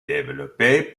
développé